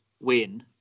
win